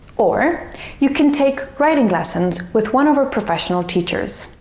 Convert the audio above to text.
or you can take writing lessons with one of our professional teachers.